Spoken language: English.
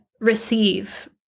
receive